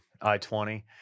I-20